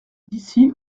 d’ici